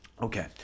Okay